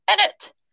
Edit